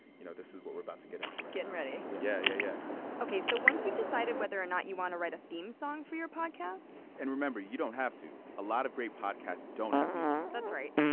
you know, this is what we're about to get into right now getting ready yeah. yeah. yeah, yeah ok, so once you've decided whether or not you want to write a theme song for your podcast. and remember, you don't have to. a lot of great podcasts don't have music that's right.